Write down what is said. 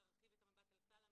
להרחיב את המבט על כלל המעונות.